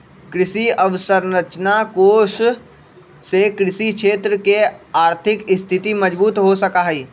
कृषि अवसरंचना कोष से कृषि क्षेत्र के आर्थिक स्थिति मजबूत हो सका हई